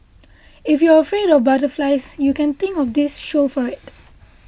if you're afraid of butterflies you can thank of this show for it